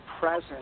present